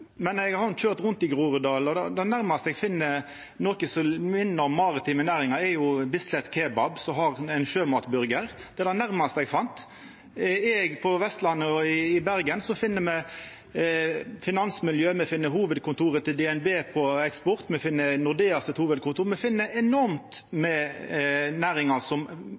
men eg har no køyrt rundt i Groruddalen, og det nærmaste eg finn noko som minner om maritime næringar, er jo Bislett Kebab, som har ein sjømatburgar. Det var det nærmaste eg fann. Er me på Vestlandet og i Bergen, finn me finansmiljø, me finn DNBs hovudkontor for eksport, og me finn Nordeas hovudkontor. Me finn enormt med næringar som